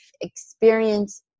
experience